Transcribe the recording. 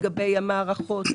לגבי המערכות,